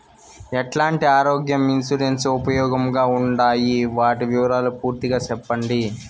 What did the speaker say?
ఎట్లాంటి ఆరోగ్య ఇన్సూరెన్సు ఉపయోగం గా ఉండాయి వాటి వివరాలు పూర్తిగా సెప్పండి?